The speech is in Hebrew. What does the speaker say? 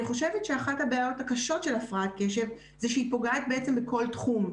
אני חושבת שאחת הבעיות הקשות של הפרעת קשב זה שהיא פוגעת בכל תחום,